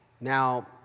Now